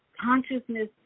consciousness